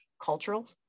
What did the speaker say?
cultural